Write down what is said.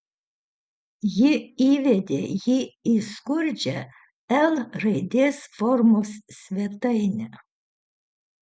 ji įvedė jį į skurdžią l raidės formos svetainę